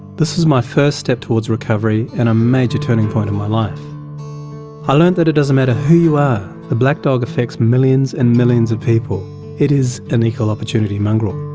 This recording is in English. this was my first step towards recovery and a major turning point in my life i learnt that it doesn't matter who you are the black dog affects millions and millions of people it is an equal opportunity mongrel.